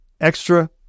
Extra